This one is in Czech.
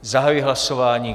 Zahajuji hlasování.